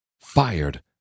Fired